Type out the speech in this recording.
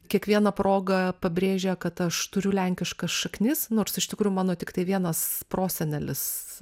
kiekviena proga pabrėžia kad aš turiu lenkiškas šaknis nors iš tikrųjų mano tiktai vienas prosenelis